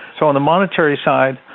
so, on the monetary side,